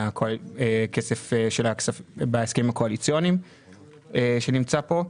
מהכסף שבהסכמים הקואליציוניים שנמצא פה.